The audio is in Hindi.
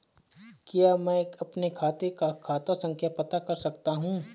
क्या मैं अपने खाते का खाता संख्या पता कर सकता हूँ?